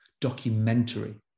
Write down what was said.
documentary